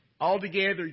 Altogether